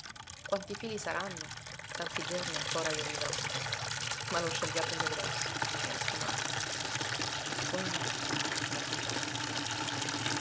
quanti fili saranno tanti giorni ancora io vivrò ma lo scelga bello grosso mi raccomando buona notte caro signore